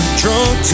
drunk